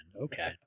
Okay